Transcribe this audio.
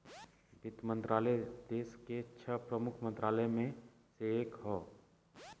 वित्त मंत्रालय देस के छह प्रमुख मंत्रालय में से एक हौ